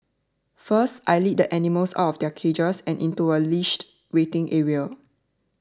first I lead the animals out of their cages and into a leashed waiting area